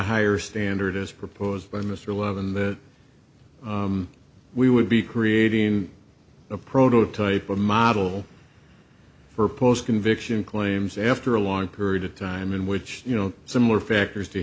higher standard as proposed by mr levin that we would be creating a prototype a model for post conviction claims after a long period of time in which you know similar factors to